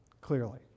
clearly